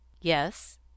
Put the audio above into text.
yes